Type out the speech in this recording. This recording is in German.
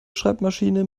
schreibmaschine